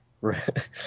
right